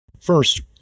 First